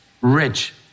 rich